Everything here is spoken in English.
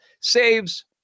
saves